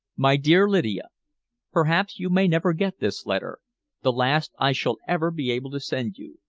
my dear lydia perhaps you may never get this letter the last i shall ever be able to send you.